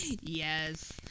Yes